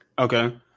Okay